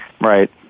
Right